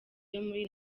muri